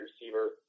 receiver